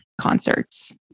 concerts